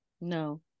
no